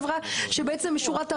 חברה שבעצם שורת הרווח,